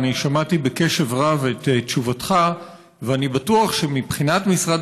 אני שמעתי בקשב רב את תשובתך ואני בטוח שמבחינת משרד